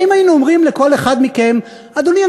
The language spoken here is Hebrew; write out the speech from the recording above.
הרי אם היינו אומרים לכל אחד מכם: אדוני,